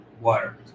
water